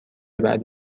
بعد